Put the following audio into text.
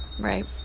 Right